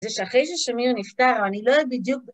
זה שאחרי ששמיר נפטר, אני לא יודעת בדיוק...